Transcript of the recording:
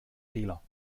fehler